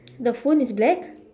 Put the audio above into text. the phone is black